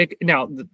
now